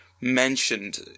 Mentioned